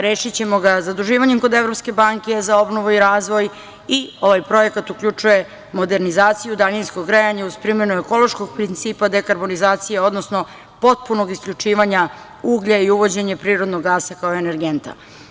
Rešićemo ga zaduživanjem kod Evropske banke za obnovu i razvoj i ovaj projekat uključuje modernizaciju daljinskog grejanja uz primenu ekološkog principa, dekarbonizacije, odnosno potpunog isključivanja uglja i uvođenje prirodnog gasa kao energenta.